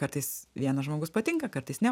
kartais vienas žmogus patinka kartais ne